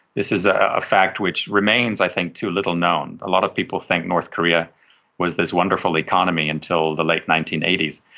this is ah a fact which remains i think too little-known. a lot of people think north korea was this wonderful economy until the late nineteen eighty s.